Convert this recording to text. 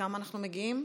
לכמה אנחנו מגיעים?